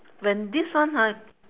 when this one ha